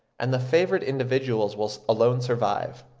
and the favoured individuals will alone survive.